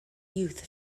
youth